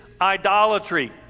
idolatry